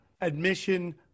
admission